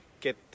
get